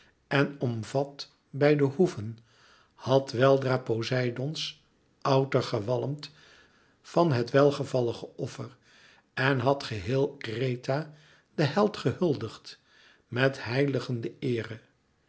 en omvat bij de hoeven had weldra poseidoons outer gewalmd van het welgevallige offer en had geheel kreta den held gehuldigd met heiligende eere